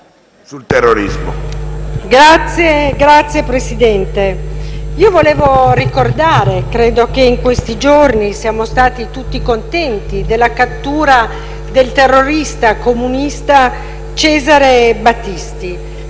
Signor Presidente, credo che in questi giorni siamo stati tutti contenti della cattura del terrorista comunista Cesare Battisti.